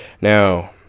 Now